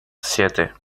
siete